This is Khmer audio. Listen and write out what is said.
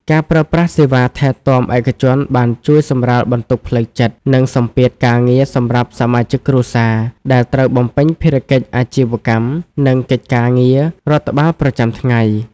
ការប្រើប្រាស់សេវាថែទាំឯកជនបានជួយសម្រាលបន្ទុកផ្លូវចិត្ត និងសម្ពាធការងារសម្រាប់សមាជិកគ្រួសារ ដែលត្រូវបំពេញភារកិច្ចអាជីវកម្ម និងកិច្ចការងាររដ្ឋបាលប្រចាំថ្ងៃ។